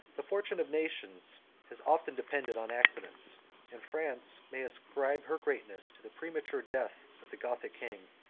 the fortune of nations has often depended on accidents and france may ascribe her greatness to the premature death of the gothic king,